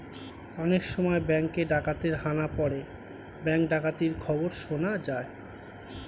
অনেক সময় ব্যাঙ্কে ডাকাতের হানা পড়ে ব্যাঙ্ক ডাকাতির খবর শোনা যায়